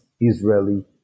Israeli